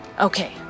Okay